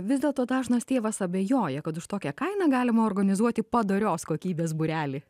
vis dėlto dažnas tėvas abejoja kad už tokią kainą galima organizuoti padorios kokybės būrelį